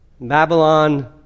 Babylon